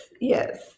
Yes